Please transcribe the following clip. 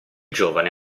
giovane